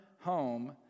home